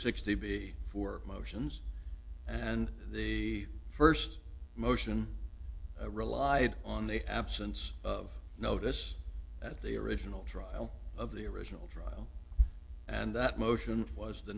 sixty b for motions and the first motion relied on the absence of notice that they original trial of the original trial and that motion was